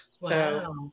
Wow